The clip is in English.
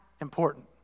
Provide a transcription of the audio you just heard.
important